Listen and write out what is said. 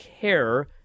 care